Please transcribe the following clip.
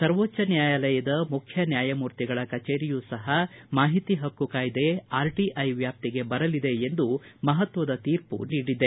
ಸರ್ವೋಚ್ಯ ನ್ನಾಯಾಲಯದ ಮುಖ್ಯ ನ್ನಾಯಮೂರ್ತಿಗಳ ಕಚೇರಿಯೂ ಸಹ ಮಾಹಿತಿ ಹಕ್ಕು ಕಾಯ್ದೆ ಆರ್ಟಐ ವ್ಯಾಪ್ತಿಗೆ ಬರಲಿದೆ ಎಂದು ಮಹತ್ವದ ತೀರ್ಮ ನೀಡಿದೆ